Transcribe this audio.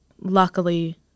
Luckily